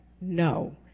No